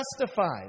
justified